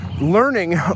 learning